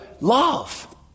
love